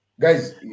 guys